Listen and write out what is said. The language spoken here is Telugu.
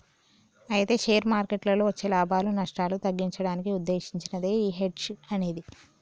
అయితే షేర్ మార్కెట్లలో వచ్చే లాభాలు నష్టాలు తగ్గించడానికి ఉద్దేశించినదే ఈ హెడ్జ్ అనేది